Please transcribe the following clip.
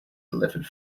delivered